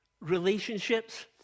Relationships